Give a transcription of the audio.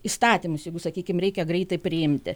įstatymus jeigu sakykim reikia greitai priimti